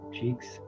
cheeks